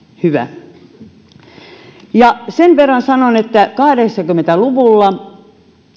hyvä sen verran sanon että kahdeksankymmentä luvulla